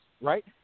right